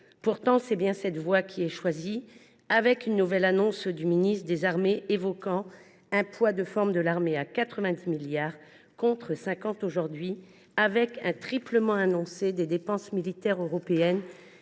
Pourtant, c’est bien cette voie qui est choisie, avec une nouvelle annonce du ministre des armées évoquant un « poids de forme » de l’armée à 90 milliards d’euros, contre 50 milliards aujourd’hui, un triplement annoncé des dépenses militaires européennes,